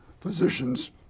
physicians